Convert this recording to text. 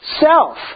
Self